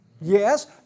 Yes